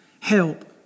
help